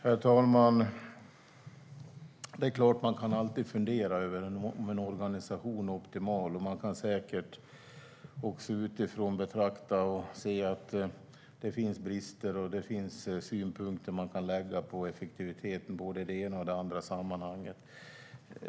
Herr talman! Man kan alltid fundera över om en organisation är optimal. Man kan säkert också utifrån se att det finns brister. Man kan ha synpunkter på effektiviteten i både det ena och det andra sammanhanget.